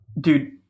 Dude